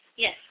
Yes